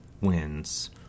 wins